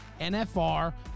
NFR